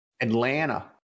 Atlanta